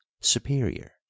superior